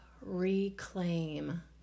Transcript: reclaim